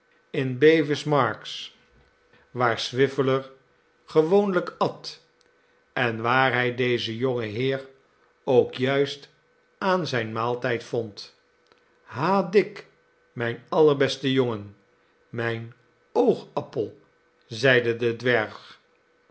in bevis marks waar swiveller gewoonlijk at en waar hij dezen jongen heer ook juist aan zijn maaltijd vond ha dick mijn allerbeste jongen mijn oogappel zeide de dwerg